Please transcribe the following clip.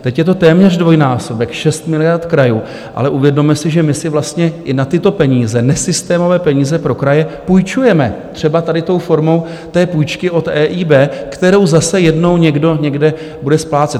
Teď je to téměř dvojnásobek, 6 miliard krajům, ale uvědomme si, že my si vlastně i na tyto peníze, nesystémové peníze pro kraje půjčujeme, třeba tady tou formou půjčky od EIB, kterou zase jednou někdo bude splácet.